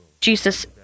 jesus